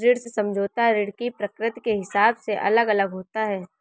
ऋण समझौता ऋण की प्रकृति के हिसाब से अलग अलग होता है